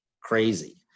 crazy